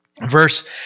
Verse